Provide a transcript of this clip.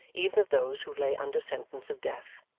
even of those who lay under sentence of death.